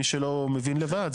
מי שלא מבין לבד,